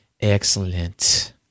Excellent